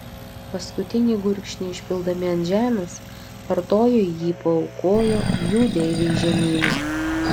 paskutinį gurkšnį išpildami ant žemės artojai jį paaukojo jų deivei žemynai